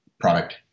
product